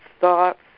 thoughts